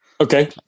Okay